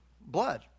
blood